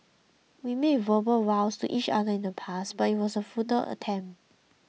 we made verbal vows to each other in the past but it was a futile attempt